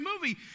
movie